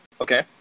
Okay